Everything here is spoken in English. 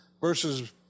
versus